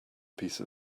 piece